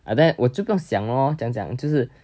aden 我就更想 lor 讲讲就是